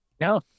No